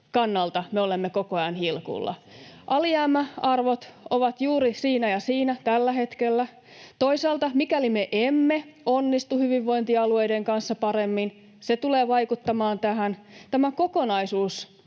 kannalta me olemme koko ajan hilkulla. Alijäämäarvot ovat juuri siinä ja siinä tällä hetkellä. Toisaalta, mikäli me emme onnistu hyvinvointialueiden kanssa paremmin, se tulee vaikuttamaan tähän. Tämä kokonaisuus